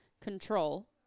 control